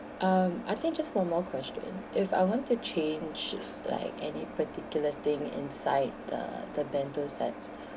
um I think just one more question if I want to change like any particular thing inside the the bento sets